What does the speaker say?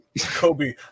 Kobe